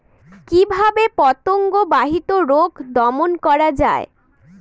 কিভাবে পতঙ্গ বাহিত রোগ দমন করা যায়?